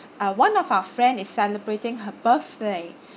uh one of our friend is celebrating her birthday